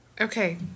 Okay